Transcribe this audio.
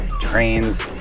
trains